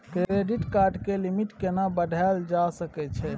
Credit card के limit केना बढायल जा सकै छै?